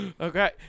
Okay